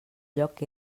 lloc